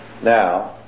Now